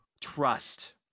trust